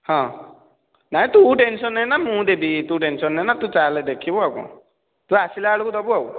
ହଁ ନାଇଁ ତୁ ଟେନ୍ସନ୍ ନେନା ମୁଁ ଦେବି ତୁ ଟେନ୍ସନ୍ ନେନା ତୁ ଚାଲ ଦେଖିବୁ ଆଉ କ'ଣ ତୁ ଆସିଲା ବେଳକୁ ଦେବୁ ଆଉ